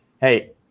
hey